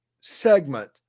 segment